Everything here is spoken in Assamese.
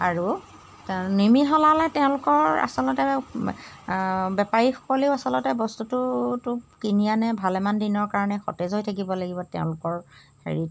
আৰু তেওঁ নিমিহলালে তেওঁলোকৰ আচলতে বেপাৰীসকলেও আচলতে বস্তুটোতো কিনি আনে ভালেমান দিনৰ কাৰণে সতেজ হৈ থাকিব লাগিব তেওঁলোকৰ হেৰিত